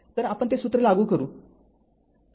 तरआपण ते सूत्र लागू करू